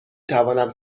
توانم